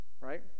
right